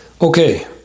Okay